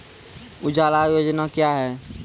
उजाला योजना क्या हैं?